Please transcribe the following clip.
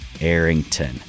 Arrington